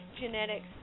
Genetics